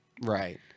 Right